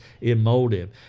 emotive